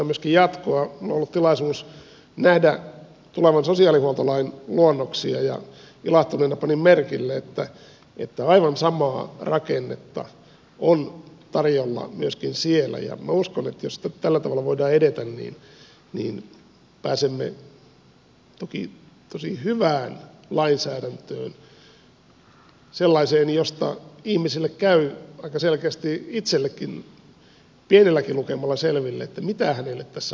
minulla on ollut tilaisuus nähdä tulevan sosiaalihuoltolain luonnoksia ja ilahtuneena panin merkille että aivan samaa rakennetta on tarjolla myöskin siellä ja minä uskon että jos tällä tavalla voidaan edetä niin pääsemme tosi hyvään lainsäädäntöön sellaiseen josta ihmiselle käy aika selkeästi itsellekin pienelläkin lukemalla selville mitä hänelle tässä oikeasti tarjotaan